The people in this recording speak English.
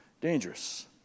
dangerous